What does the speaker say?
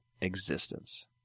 existence